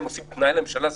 יש עקרונות --- לא,